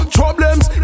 problems